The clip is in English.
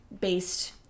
Based